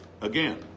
again